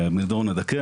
מיזעור נזקים,